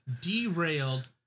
derailed